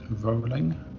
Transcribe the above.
rolling